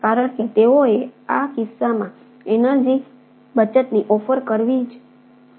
કારણ કે તેઓએ આ કિસ્સામાં એનર્જિ બચતની ઓફર કરવી જ જોઇએ